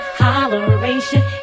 holleration